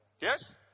Yes